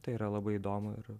tai yra labai įdomu ir